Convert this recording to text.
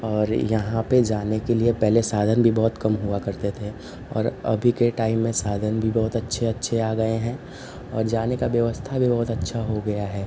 और यहाँ पर जाने के लिए पहले साधन भी बहुत कम हुआ करते थे और अभी के टाइम में साधन भी बहुत अच्छे अच्छे आ गए हैं और जाने का व्यवस्था भी बहुत अच्छा हो गया है